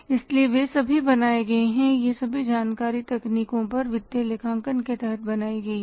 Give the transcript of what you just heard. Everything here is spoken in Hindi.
इसलिए वे सभी बनाए गए हैं यह सभी जानकारी तकनीकों पर वित्तीय लेखांकन के तहत बनाई गई है